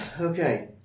Okay